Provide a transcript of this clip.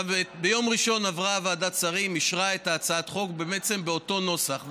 ביום ראשון ועדת שרים אישרה את הצעת חוק בעצם באותו נוסח.